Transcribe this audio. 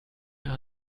mehr